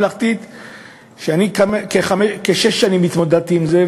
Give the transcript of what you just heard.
אני כשש שנים התמודדתי עם זה,